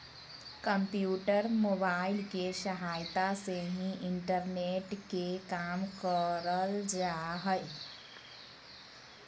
computer, mobile के सहायता से ही इंटरनेट के काम करल जा हय